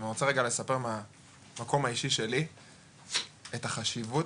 אני רוצה לספר מהמקום האישי שלי את החשיבות,